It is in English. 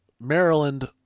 Maryland